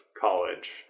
college